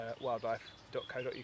wildlife.co.uk